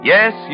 Yes